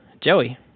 Joey